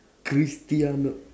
Cristiano